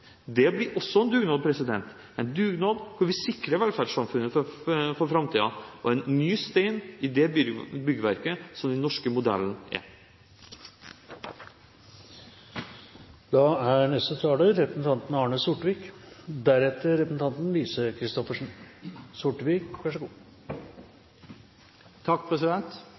Det blir også en dugnad – en dugnad hvor vi sikrer velferdssamfunnet for framtiden, og en ny stein i det byggverket som den norske modellen er. Igjen er